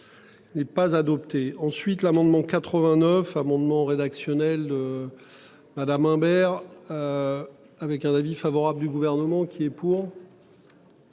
Il n'est pas adopté ensuite l'amendement 89 amendements rédactionnels. Madame Imbert. Avec un avis favorable du gouvernement qui est pour.